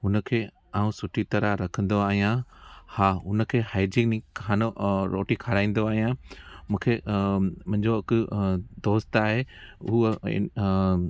हुनखे मां सुठी तरह रखंदो आहियां हा उनखे हाइजीनिक खानो और रोटी खाराईंदो आहियां मूंखे मुंहिंजो हिकु दोस्त आहे उहा